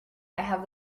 have